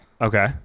Okay